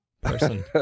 person